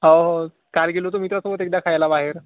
हो हो काल गेलो होतो मित्रासोबत एकदा खायला बाहेर